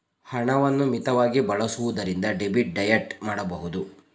ಹಣವನ್ನು ಮಿತವಾಗಿ ಬಳಸುವುದರಿಂದ ಡೆಬಿಟ್ ಡಯಟ್ ಮಾಡಬಹುದು